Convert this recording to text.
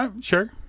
Sure